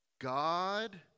God